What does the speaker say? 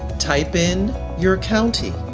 type in your county.